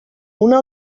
una